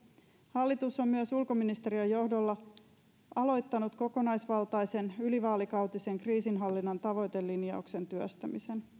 hallitus on myös aloittanut ulkoministeriön johdolla kokonaisvaltaisen ylivaalikautisen kriisinhallinnan tavoitelinjauksen työstämisen